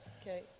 Okay